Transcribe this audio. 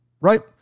Right